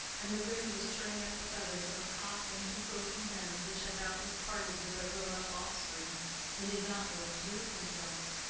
and the wind was turning up the feathers of a cock and two croaking hens which had doubtless parted with their grown-up offspring and did not know what to do with themselves.